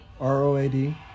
R-O-A-D